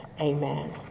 Amen